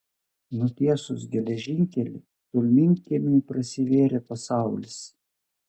nutiesus geležinkelį tolminkiemiui prasivėrė pasaulis